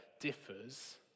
differs